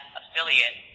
affiliate